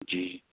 جی